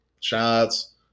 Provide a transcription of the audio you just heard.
shots